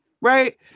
right